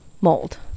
mold